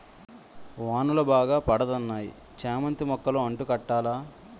వానలు బాగా పడతన్నాయి చామంతి మొక్కలు అంటు కట్టాల